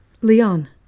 Leon